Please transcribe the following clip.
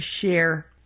share